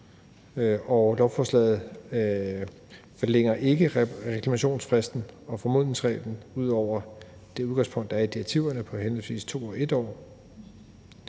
Lovforslaget forlænger ikke reklamationsfristen og formodningsreglen ud over det udgangspunkt, der er i direktiverne på henholdsvis 2 og 1 år.